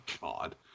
God